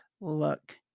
look